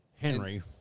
Henry